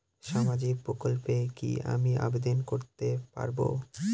সামাজিক প্রকল্পে কি আমি আবেদন করতে পারবো?